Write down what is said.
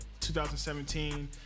2017